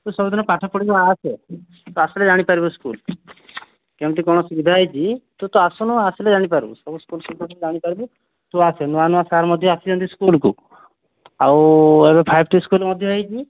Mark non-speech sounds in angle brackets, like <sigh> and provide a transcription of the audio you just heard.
ତୁ ସବୁ ଦିନ ପାଠ ପଢ଼ିବାକୁ ଆସେ ତୁ ଆସିଲେ ଜାଣିପାରିବୁ ସ୍କୁଲ କେମିତି କ'ଣ ସୁବିଧା ହୋଇଛି ତୁ ତ ଆସୁନୁ ଆସିଲେ ଜାଣିପାରିବୁ ସବୁ ସ୍କୁଲ <unintelligible> ତୁ ଆସେ ନୂଆ ନୂଆ ସାର୍ ମଧ୍ୟ ଆସିଛନ୍ତି ସ୍କୁଲ କୁ ଆଉ ଏବେ ପାଞ୍ଚଟି ସ୍କୁଲ ମଧ୍ୟ ହୋଇଛି